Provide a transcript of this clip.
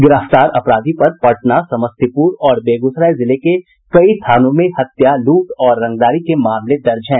गिरफ्तार अपराधी पर पटना समस्तीपुर और बेगूसराय जिले के कई थानों में हत्या लूट और रंगदारी के मामले दर्ज हैं